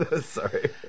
Sorry